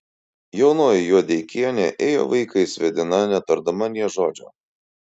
jaunoji juodeikienė ėjo vaikais vedina netardama nė žodžio